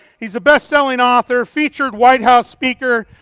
he's a bestselling author, featured white house speaker,